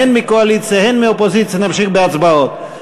הן מהקואליציה הן מהאופוזיציה נמשיך בהצבעות.